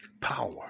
Power